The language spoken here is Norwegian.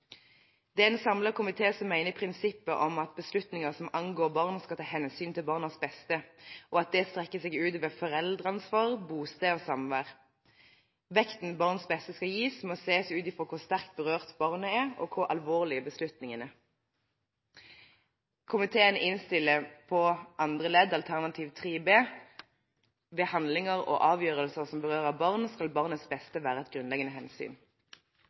Det er en samlet komité som mener prinsippet om at beslutninger som angår barn, skal ta hensyn til barnas beste, og at det strekker seg ut over foreldreansvar, bosted og samvær. Vekten barns beste skal gis, må ses ut fra hvor sterkt berørt barnet er, og hvor alvorlig beslutningen er. Komiteen innstiller på ny § 104 andre ledd alternativ 3 B: «Ved handlinger og avgjørelser som berører barn, skal barnets beste være et grunnleggende hensyn.»